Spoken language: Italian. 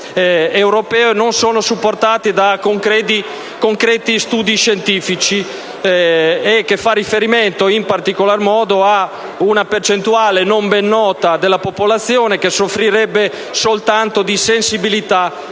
riferimento non sono supportate da concreti studi scientifici. Queste stime fanno riferimento, in particolar modo, a una percentuale non ben nota della popolazione che soffrirebbe soltanto di sensibilità